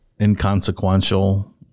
inconsequential